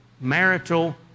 marital